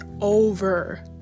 over